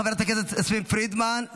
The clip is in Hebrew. חברת הכנסת יסמין פרידמן,